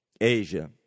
Asia